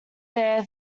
their